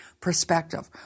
perspective